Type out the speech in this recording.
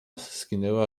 skinęła